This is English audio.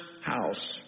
house